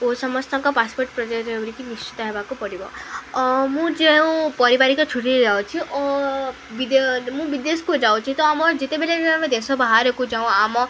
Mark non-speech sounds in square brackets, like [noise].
ଓ ସମସ୍ତଙ୍କ ପାସପୋର୍ଟ [unintelligible] ହେବାକୁ ପଡ଼ିବ ମୁଁ ଯେଉଁ ପରିବାରିକ ଛୁଟି ଯାଉଛି ଓ ମୁଁ ବିଦେଶକୁ ଯାଉଛିି ତ ଆମ ଯେତେବେଳେ ଆମେ ଦେଶ ବାହାରକୁ ଯାଉ ଆମ